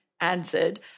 answered